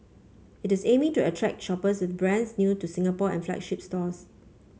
it is aiming to attract shoppers with brands new to Singapore and flagship stores